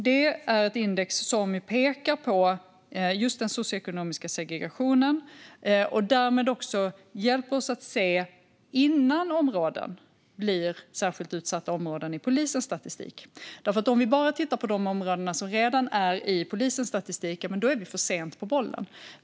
Det är ett index som pekar på just den socioekonomiska segregationen, och det hjälper oss därmed att uppmärksamma områden innan de benämns särskilt utsatta områden i polisens statistik. Om vi bara tittar på de områden som redan är med i polisens statistik är vi för sent på bollen.